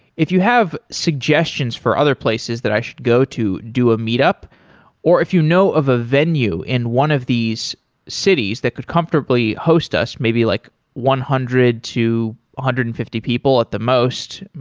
if you have suggestions for other places that i should go to do a meet up or if you know of a venue in one of these cities that could comfortably host us, maybe like one hundred to one hundred and fifty people at the most,